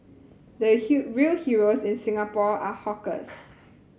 the heal real heroes in Singapore are hawkers